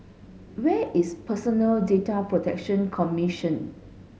where is Personal Data Protection Commission